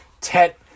Tet